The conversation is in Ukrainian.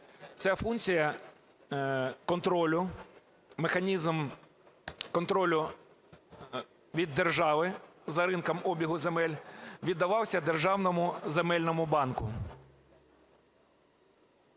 ця функція контролю, механізм контролю від держави за ринком обігу земель віддавався державному земельному банку.